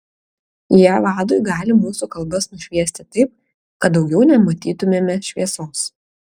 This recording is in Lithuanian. jie vadui gali mūsų kalbas nušviesti taip kad daugiau nematytumėme šviesos